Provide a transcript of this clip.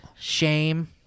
shame